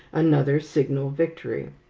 another signal victory.